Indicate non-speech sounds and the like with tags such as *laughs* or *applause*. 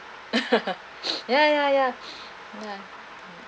*laughs* ya ya ya ya